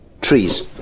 Trees